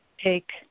take